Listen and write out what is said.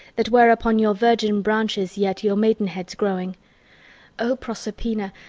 that wear upon your virgin branches yet your maidenheads growing o proserpina,